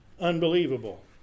unbelievable